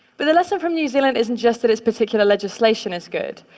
but the lesson from new zealand isn't just that its particular legislation is good,